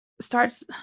starts